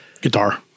guitar